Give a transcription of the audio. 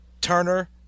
Turner